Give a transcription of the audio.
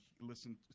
listen